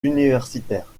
universitaire